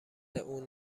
اون